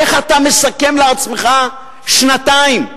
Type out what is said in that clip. איך אתה מסכם לעצמך שנתיים?